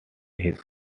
his